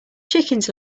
chickens